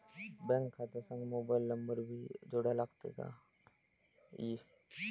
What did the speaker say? Bank खात्या संग mobile number भी जोडा लागते काय?